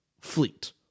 fleet